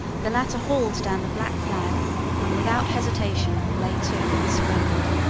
the latter hauled down the black flag and without hesitation lay to and surrendered.